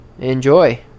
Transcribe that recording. enjoy